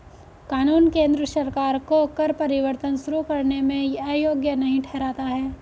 कानून केंद्र सरकार को कर परिवर्तन शुरू करने से अयोग्य नहीं ठहराता है